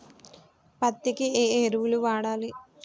పత్తి కి ఏ ఎరువులు వాడాలి?